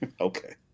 Okay